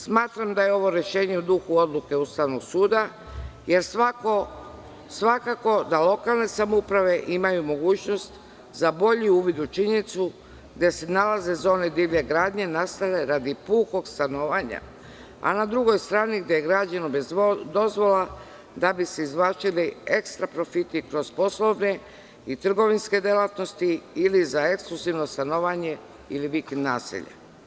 Smatram da je ovo rešenje u duhu odluke Ustavnog suda, jer svakako da lokalne samouprave imaju mogućnost za bolji uvid u činjenicu, gde se nalaze zone divlje gradnje, nastale radi pukog stanovanja, a na drugoj strani, gde je građeno bez dozvola, da bi se izvlačili ekstra profiti kroz poslovne i trgovinske delatnosti ili za ekskluzivno stanovanje ili vikend naselje.